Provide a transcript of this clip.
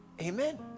Amen